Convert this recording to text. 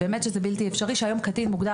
באמת שזה בלתי אפשרי כאשר היום קטין מוגדר